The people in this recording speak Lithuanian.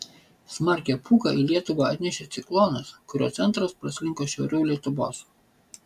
smarkią pūgą į lietuvą atnešė ciklonas kurio centras praslinko šiauriau lietuvos